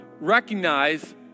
recognize